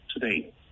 today